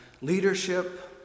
leadership